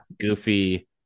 goofy